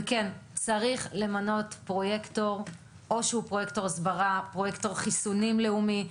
צריך למנות פרוייקטור הסברה או חיסונים לאומי,